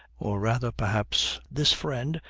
or rather, perhaps, this friend,